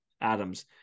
Adams